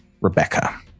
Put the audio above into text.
Rebecca